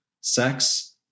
sex